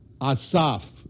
Asaf